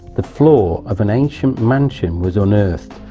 the floor of an ancient mansion was unearthed,